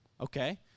Okay